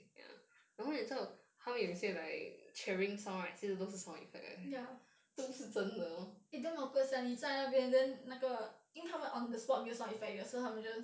ya eh then 我跟你讲你在那边 then 那个因为他们 on the spot 没有 sound effect 的 so 他们 just